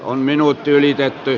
on minuutti ylitetty